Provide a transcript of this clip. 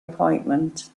appointment